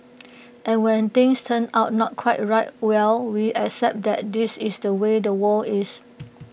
and when things turn out not quite right well we accept that this is the way the world is